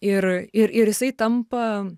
ir ir ir jisai tampa